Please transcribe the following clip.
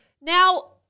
Now